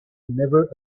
never